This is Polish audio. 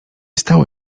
stało